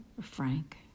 Frank